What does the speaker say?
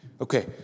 Okay